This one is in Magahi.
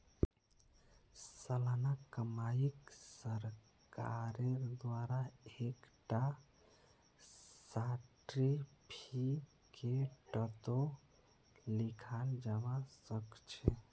सालाना कमाईक सरकारेर द्वारा एक टा सार्टिफिकेटतों लिखाल जावा सखछे